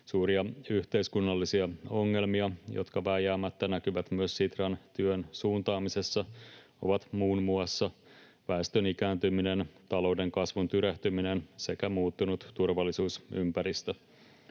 Suuria yhteiskunnallisia ongelmia, jotka vääjäämättä näkyvät myös Sitran työn suuntaamisessa, ovat muun muassa väestön ikääntyminen, talouden kasvun tyrehtyminen sekä muuttunut turvallisuusympäristö.